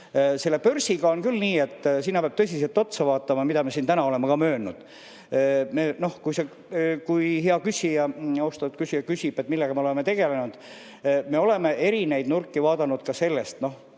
Selle börsiga on küll nii, et sellele peab tõsiselt otsa vaatama, mida me siin täna oleme ka möönnud. Kui hea küsija, austatud küsija küsib, millega me oleme tegelenud, siis me oleme erinevaid nurki vaadanud, mis on